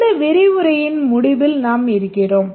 இந்த விரிவுரையின் முடிவில் நாம் இருக்கிறோம்